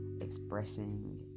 expressing